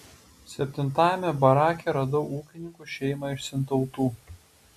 septintajame barake radau ūkininkų šeimą iš sintautų